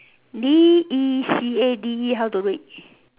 D E C A D E how to read